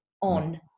on